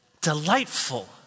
delightful